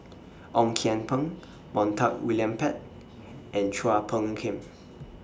Ong Kian Peng Montague William Pett and Chua Phung Kim